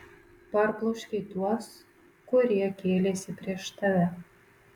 parbloškei tuos kurie kėlėsi prieš tave